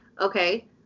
Okay